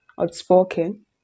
outspoken